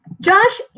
Josh